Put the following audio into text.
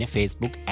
Facebook